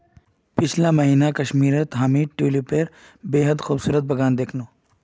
पीछला महीना कश्मीरत हामी ट्यूलिपेर बेहद खूबसूरत बगान दखनू